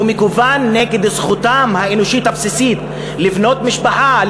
והוא מכוון נגד זכותם האנושית הבסיסית לבנות משפחה,